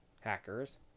hackers